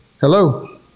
hello